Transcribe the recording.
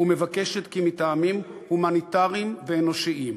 ומבקשת כי מטעמים הומניטריים ואישיים,